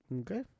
okay